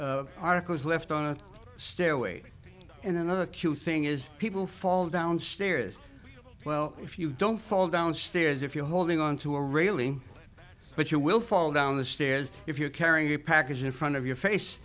rugs articles left on a stairway in another cute thing is people fall downstairs well if you don't fall downstairs if you're holding on to a railing but you will fall down the stairs if you're carrying a package in front of your face